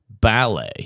ballet